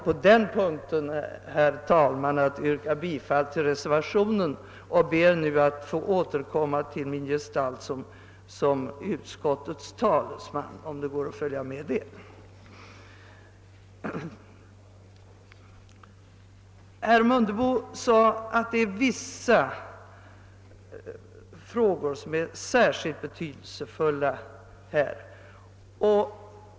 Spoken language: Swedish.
På den punkten ber jag alltså att få yrka bifall till reservationen. Sedan återgår jag till min gestalt som utskottets talesman — om kammarens ledamöter nu kan följa mig i denna för Herr Mundebo sade att vissa frågor 1 detta sammanhang är särskilt betydelsefulla.